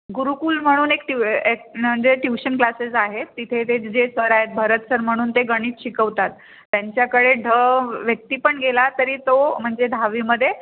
गुरुकुल म्हणून एक ट्यू एक म्हणजे ट्यूशन क्लासेस आहेत तिथे ते जे सर आहेत भरत सर म्हणून ते गणित शिकवतात त्यांच्याकडे ढ व्यक्ती पण गेला तरी तो म्हणजे दहावीमध्ये